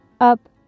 Up